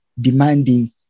demanding